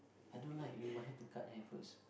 I don't like you might have to cut hair first